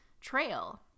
trail